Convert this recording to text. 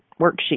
worksheet